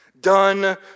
done